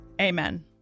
Amen